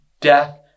death